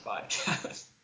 podcast